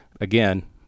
again